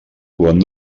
quan